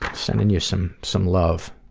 sending you some some love